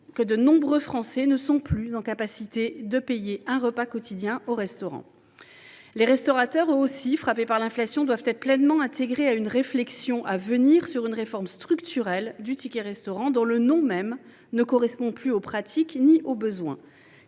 que de nombreux Français ne sont plus en mesure de payer un repas quotidien au restaurant. Les restaurateurs, eux aussi frappés par l’inflation, doivent être pleinement intégrés à la réflexion à venir sur une réforme structurelle du ticket restaurant, dont le nom même ne correspond plus aux pratiques ni aux besoins.